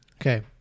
Okay